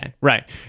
Right